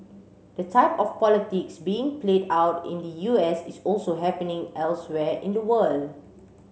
the type of politics being played out in the U S is also happening elsewhere in the world